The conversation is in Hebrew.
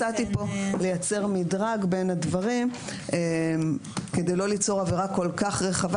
הצעתי פה לייצר מדרג בין הדברים כדי לא ליצור עבירה כל כך רחבה